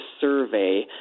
survey